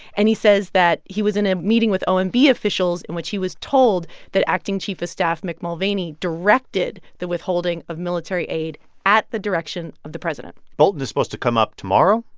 and he says that he was in a meeting with and omb officials in which he was told that acting chief of staff mick mulvaney directed the withholding of military aid at the direction of the president bolton is supposed to come up tomorrow?